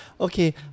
okay